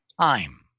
time